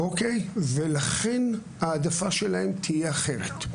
ולכן ההעדפה שלהם תהיה אחרת.